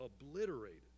obliterated